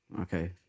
Okay